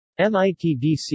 MITDC